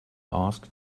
asked